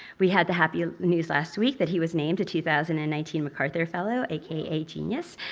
we had the happy news last week that he was named a two thousand and nineteen macarthur fellow, aka genius.